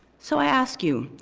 so i ask you,